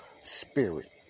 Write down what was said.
spirit